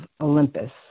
Olympus